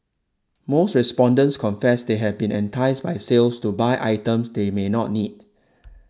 most respondents confess they have been enticed by sales to buy items they may not need